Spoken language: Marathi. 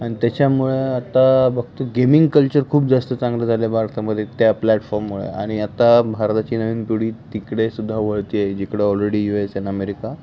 आणि त्याच्यामुळे आता फक्त गेमिंग कल्चर खूप जास्त चांगलं झालं आहे भारतामध्ये त्या प्लॅटफॉर्ममुळे आणि आता भारताची नवीन पिढी तिकडे सुद्धा वळते आहे जिकडं ऑलरेडी यू एस आणि अमेरिका